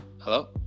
Hello